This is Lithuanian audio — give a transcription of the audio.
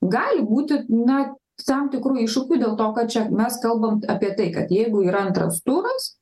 gali būti na tam tikrų iššūkių dėl to kad čia mes kalbam apie tai kad jeigu yra antras turas